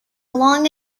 along